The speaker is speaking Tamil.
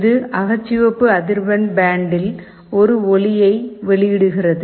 இது அகச்சிவப்பு அதிர்வெண் பேண்டில் ஒரு ஒளியை வெளியிடுகிறது